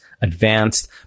Advanced